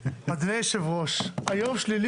ואנחנו חושבים שאין צורך כי יש ועדה מחוזית